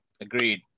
agreed